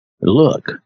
Look